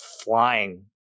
flying